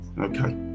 Okay